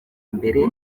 mbere